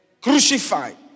crucified